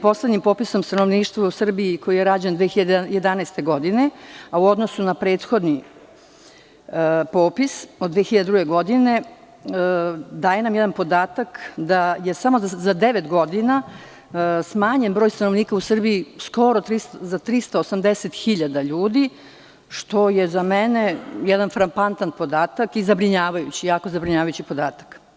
Poslednji popis stanovništva u Srbiji, koji je rađen 2011. godine, a u odnosu na prethodni popis iz 2002. godine, daje nam podatak da je samo za devet godina smanjen broj stanovnika u Srbiji skoro za 380.000 ljudi, što je za mene jedan frapantan podatak i zabrinjavajući, jako zabrinjavajući podatak.